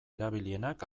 erabilienak